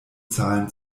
zahlen